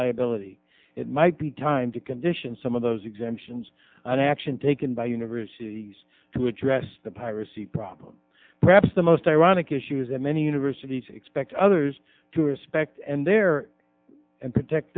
liability it might be time to condition some of those exemptions on action taken by universities to address the piracy problem perhaps the most ironic issues that many universities expect others to respect and there and protect